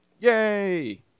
Yay